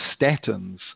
statins